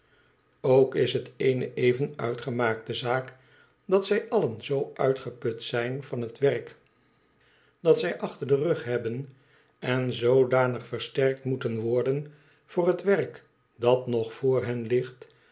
ook is het eene even uitgemaakte zaak dat zij allen zoo uitgeput zijn van het werk dat zij achter den rug hebben en zoodanig versterkt moeten worden voor het werk dat nog vr hen ligt